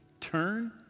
Turn